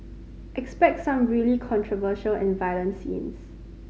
expect some really controversial and violent scenes